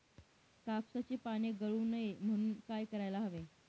कापसाची पाने गळू नये म्हणून काय करायला हवे?